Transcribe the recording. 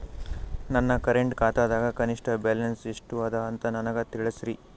ನನ್ನ ಕರೆಂಟ್ ಖಾತಾದಾಗ ಕನಿಷ್ಠ ಬ್ಯಾಲೆನ್ಸ್ ಎಷ್ಟು ಅದ ಅಂತ ನನಗ ತಿಳಸ್ರಿ